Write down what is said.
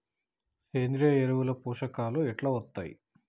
సేంద్రీయ ఎరువుల లో పోషకాలు ఎట్లా వత్తయ్?